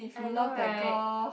I know right